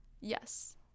Yes